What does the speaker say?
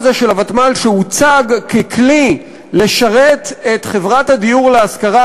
שהוצג ככלי לשרת את חברת הדיור להשכרה,